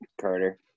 Carter